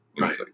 Right